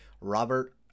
Robert